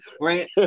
right